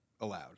allowed